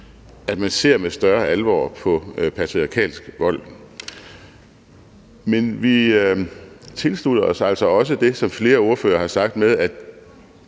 at man ser med større alvor på patriarkalsk vold. Men vi tilslutter os altså også det, som flere ordførere har sagt om, at